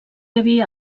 havia